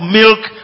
milk